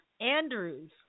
Andrews